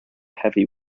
heavy